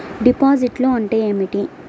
డిపాజిట్లు అంటే ఏమిటి?